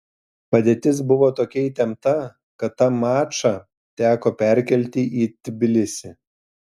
padėtis buvo tokia įtempta kad tą mačą teko perkelti į tbilisį